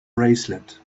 bracelet